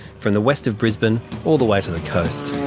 from the west of brisbane all the way to the coast.